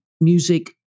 music